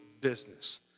business